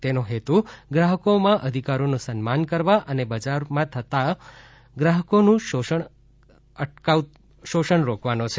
તેનો હેતુ ગ્રાહકોમાં અધિકારોનું સન્માન કરવા અને બજારમાં થતું ગ્રાહકોનું શોષણ રોકવાનો છે